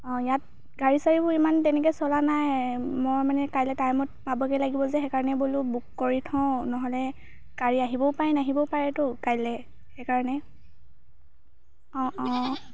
ইয়াত গাড়ী চাৰীবোৰ ইমান তেনেকৈ চলা নাই মই মানে কাইলৈ টাইমত পাবগৈ লাগিব যে সেইকাৰণে বোলো বুক কৰি থওঁ নহ'লে গাড়ী আহিবও পাৰে নাহিবও পাৰেতো কাইলৈ সেইকাৰণে অঁ অঁ